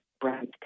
Brand